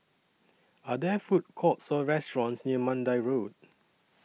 Are There Food Courts Or restaurants near Mandai Road